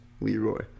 Leroy